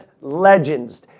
legends